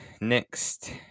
Next